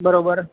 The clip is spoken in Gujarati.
બરોબર